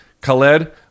Khaled